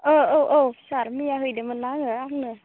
औ औ सार मैया हैदोंमोनना आंनो